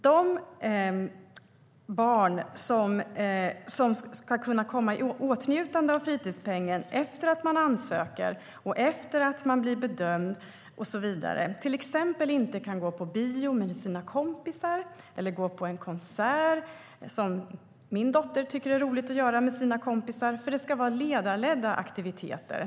De barn som enligt ert förslag ska kunna komma i åtnjutande av fritidspengen efter att de ansöker och efter att de blir bedömda och så vidare kan till exempel inte gå på bio med sina kompisar eller gå på en konsert - som min dotter tycker är roligt att göra med sina kompisar - eftersom det ska vara ledarledda aktiviteter.